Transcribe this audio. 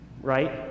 right